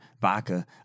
Baca